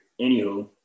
Anywho